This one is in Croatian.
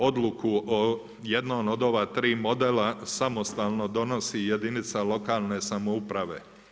Odluku o jednom od ova 3 modela, samostalno donosi jedinica lokalne samouprave.